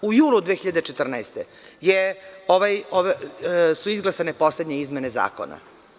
U julu 2014. godine su izglasane poslednje izmene zakona.